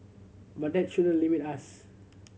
but that shouldn't limit us